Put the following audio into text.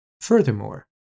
Furthermore